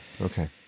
okay